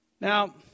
Now